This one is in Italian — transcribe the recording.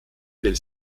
del